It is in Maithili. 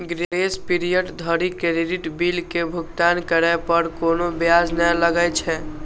ग्रेस पीरियड धरि क्रेडिट बिल के भुगतान करै पर कोनो ब्याज नै लागै छै